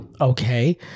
Okay